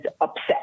upset